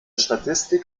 statistik